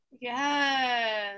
Yes